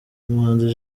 umuhanzi